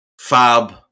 Fab